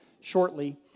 shortly